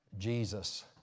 Jesus